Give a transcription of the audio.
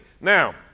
Now